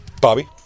Bobby